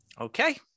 Okay